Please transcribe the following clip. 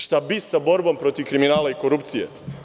Šta bi sa borbom protiv kriminala i korupcije?